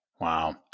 Wow